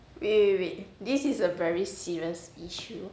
wait wait wait wait wait this is a very serious issue